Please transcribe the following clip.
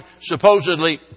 supposedly